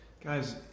Guys